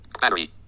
Battery